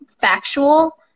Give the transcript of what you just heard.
factual